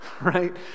right